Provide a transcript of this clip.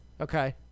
Okay